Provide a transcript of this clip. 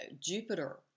Jupiter